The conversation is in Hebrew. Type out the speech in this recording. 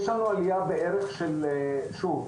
יש לנו עלייה בערך של שוב,